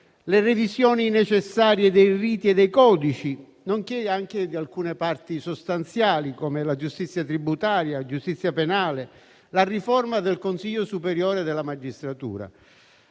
le revisioni necessarie dei riti e dei codici, nonché anche di alcune parti sostanziali, come la giustizia tributaria, la giustizia penale e la riforma del Consiglio superiore della magistratura.